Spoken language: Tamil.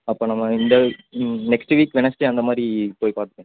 அப்போ நம்ம இந்த நெக்ஸ்ட்டு வீக் வெனஸ்டே அந்த மாதிரி போய் பார்த்துக்கலாம்